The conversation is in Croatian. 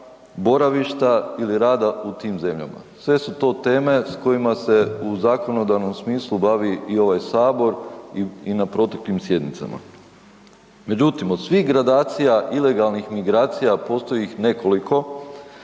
boravišta ili rada u tim zemljama. Sve su to teme s kojima se u zakonodavnom smislu bavi i ovaj Sabor i na proteklim sjednicama. Međutim, od svih gradacija ilegalnih migracija, a postoji ih nekoliko,